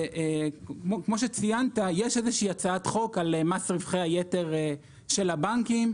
כמו שציינת יש איזושהי הצעת חוק על מס רווחי היתר של הבנקים,